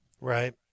Right